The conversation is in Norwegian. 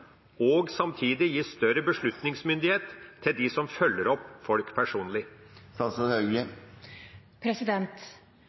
og samtidig gi større beslutningsmyndighet til dem som følger opp folk